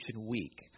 week